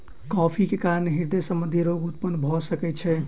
coffee के कारण हृदय संबंधी रोग उत्पन्न भअ सकै छै